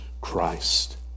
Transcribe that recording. Christ